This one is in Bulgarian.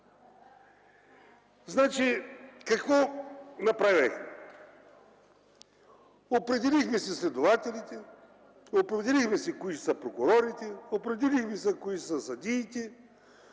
лица. Какво направихме? Определихме си следователите, определихме си кои ще са прокурорите, определихме кои ще са съдиите.